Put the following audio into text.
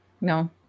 No